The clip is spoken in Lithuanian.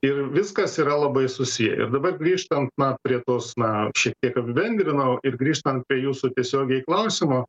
ir viskas yra labai susiję ir dabar grįžtant prie tos na šiek tiek apibendrinau ir grįžtant prie jūsų tiesiogiai klausimo